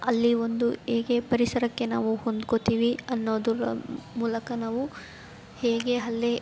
ಅಲ್ಲಿ ಒಂದು ಹೇಗೆ ಪರಿಸರಕ್ಕೆ ನಾವು ಹೊಂದ್ಕೊಳ್ತೀವಿ ಅನ್ನೋದರ ಮೂಲಕ ನಾವು ಹೇಗೆ ಅಲ್ಲೇ